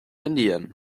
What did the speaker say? indien